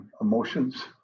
emotions